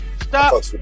stop